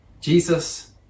Jesus